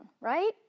right